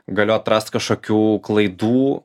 galiu atrast kažkokių klaidų